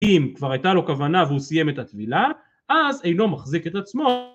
אם כבר הייתה לו כוונה והוא סיים את הטבילה אז אינו מחזיק את עצמו